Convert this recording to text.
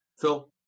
Phil